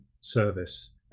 service